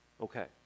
Okay